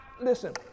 listen